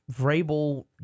Vrabel